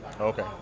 Okay